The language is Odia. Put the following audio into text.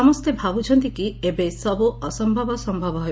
ସମସତତେ ଭାବୁଛନ୍ତି କି ଏବେ ସବୁ ଅସମ୍ଭବ ସମ୍ଭବ ହେବ